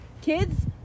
kids